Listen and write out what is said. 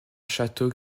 château